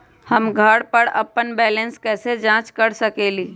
हम घर पर अपन बैलेंस कैसे जाँच कर सकेली?